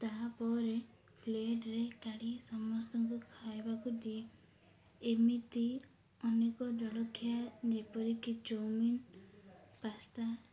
ତାହାପରେ ଫ୍ଲେଟ୍ରେ କାଢ଼ି ସମସ୍ତଙ୍କୁ ଖାଇବାକୁ ଦିଏ ଏମିତି ଅନେକ ଜଳଖିଆ ଯେପରିକି ଚାଉମିନ ପାସ୍ତା